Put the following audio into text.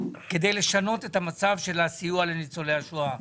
כדי לשנות את מצב הסיוע לניצולי השואה.